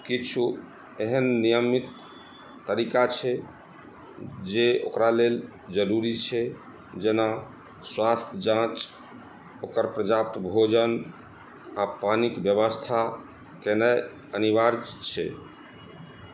किछु एहन नियमित तरीका छै जे ओकरा लेल जरूरी छै जेना स्वास्थ्य जाँच ओकर पर्याप्त भोजन आ पानिक व्यवस्था केनाइ अनिवार्य छै